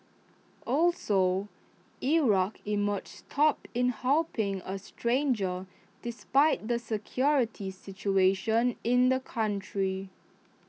also Iraq emerges top in helping A stranger despite the security situation in the country